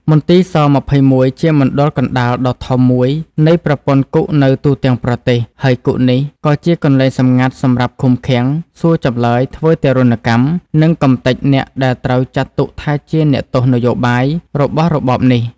មន្ទីរ ស‑២១ ជាមណ្ឌលកណ្តាលដ៏ធំមួយនៃប្រព័ន្ធគុកនៅទូទាំងប្រទេស ហើយគុកនេះក៏ជាកន្លែងសម្ងាត់សម្រាប់ឃុំឃាំង សួរចម្លើយ ធ្វើទារុណកម្ម និងកំទេចអ្នកដែលត្រូវចាត់ទុកថាជា “អ្នកទោសនយោបាយ” របស់របបនេះ។